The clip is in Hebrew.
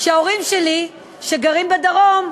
ההורים שלי, שגרים בדרום,